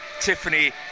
Tiffany